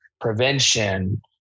prevention